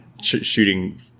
shooting